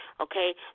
Okay